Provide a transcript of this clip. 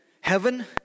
heaven